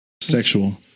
Sexual